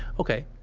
ok.